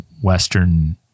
Western